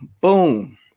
boom